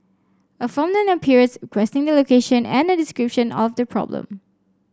a form then appears requesting the location and a description of the problem